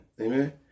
Amen